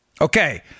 okay